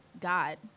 God